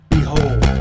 Behold